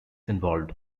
involved